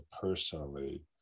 personally